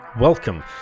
welcome